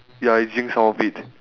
ya you drink some of it